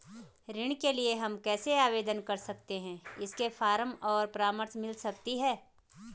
ऋण के लिए हम कैसे आवेदन कर सकते हैं इसके फॉर्म और परामर्श मिल सकती है?